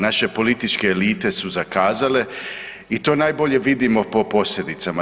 Naše političke elite su zakazale i to najbolje vidimo po posljedicama.